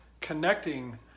connecting